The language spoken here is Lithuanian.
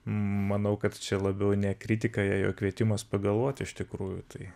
manau kad čia labiau ne kritika jai o kvietimas pagalvoti iš tikrųjų tai